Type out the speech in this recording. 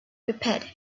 prepared